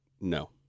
No